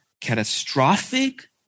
catastrophic